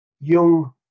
young